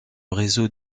réseau